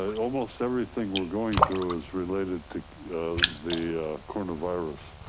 ah almost everything we're going through is related to the corona virus.